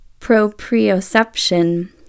proprioception